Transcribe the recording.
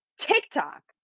TikTok